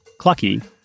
Clucky